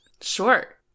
Sure